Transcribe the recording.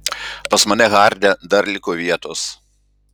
pas mane harde dar liko vietos